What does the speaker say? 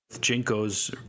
Jinko's